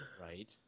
Right